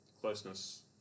closeness